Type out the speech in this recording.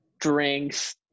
drinks